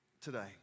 today